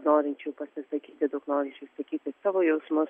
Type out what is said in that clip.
norinčių pasisakyti daug norinčių išsakyti savo jausmus